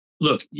look